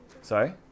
Sorry